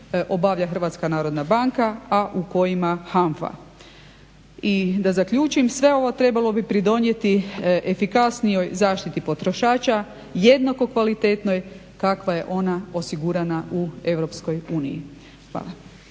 Hrvatska narodna banka a u kojima HANFA. I da zaključim. Sve ovo trebalo bi pridonijeti efikasnijoj zaštiti potrošača jednako kvalitetnoj kakva je ona osigurana u Europskoj